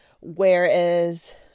whereas